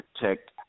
protect